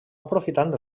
aprofitant